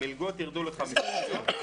המלגות ירדו ל-50 מיליון,